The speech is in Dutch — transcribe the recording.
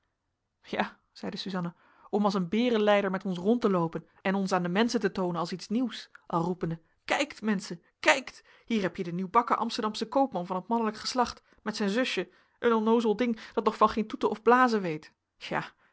ja zeide suzanna om als een berenleider met ons rond te loopen en ons aan de menschen te toonen als iets nieuws al roepende kijkt menschen kijkt hier heb je den nieuwbakken amsterdamschen koopman van het mannelijk geslacht met zijn zusje een onnoozel ding dat nog van geen toeten of blazen weet ja